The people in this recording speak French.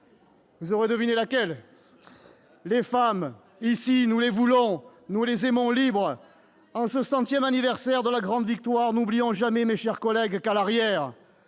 domaine des possibles ! Les femmes, ici, nous les voulons et nous les aimons libres ! En ce centième anniversaire de la grande victoire, n'oublions jamais, mes chers collègues, qu'à l'arrière,